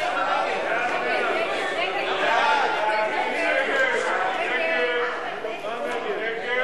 ההצעה